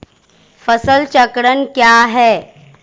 फसल चक्रण क्या है?